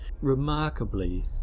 remarkably